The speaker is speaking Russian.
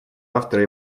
автора